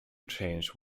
change